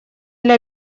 для